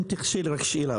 אם תרשה לי לשאול שאלה,